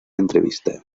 entrevista